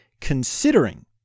considering